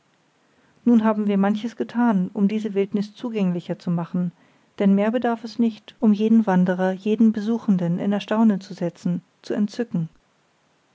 nun haben wir manches getan um diese wildnis zugänglicher zu machen denn mehr bedarf es nicht um jeden wanderer jeden besuchenden in erstaunen zu setzen zu entzücken